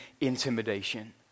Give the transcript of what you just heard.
intimidation